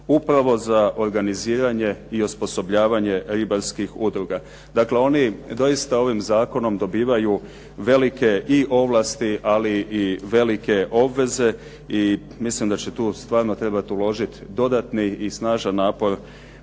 upravo za organiziranje i osposobljavanje ribarskih udruga. Dakle, oni doista ovim zakonom dobivaju velike i ovlasti, ali i velike obveze i mislim da će tu stvarno trebati uložiti dodatni i snažni napor